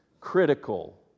critical